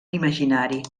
imaginari